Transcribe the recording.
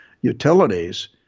utilities